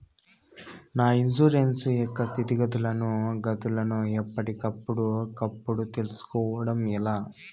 నా ఇన్సూరెన్సు యొక్క స్థితిగతులను గతులను ఎప్పటికప్పుడు కప్పుడు తెలుస్కోవడం ఎలా?